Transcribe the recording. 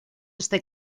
este